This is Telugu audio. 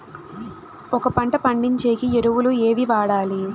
ఒక పంట పండించేకి ఎరువులు ఏవి వాడాలి?